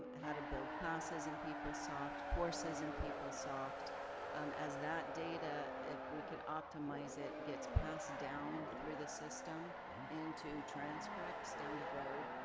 how to build classes and courses in peoplesoft, um as that data, if we could optimize it, gets passed down through the system into transcripts down the road,